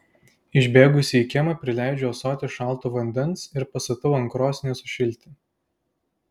išbėgusi į kiemą prileidžiu ąsotį šalto vandens ir pastatau ant krosnies sušilti